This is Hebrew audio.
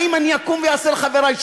האם אני אקום ואעשה לחברי שיימינג?